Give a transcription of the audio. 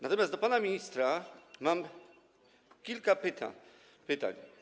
Natomiast do pana ministra mam kilka pytań.